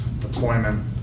deployment